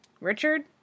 Richard